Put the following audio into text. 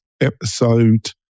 episode